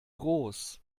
groß